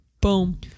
Boom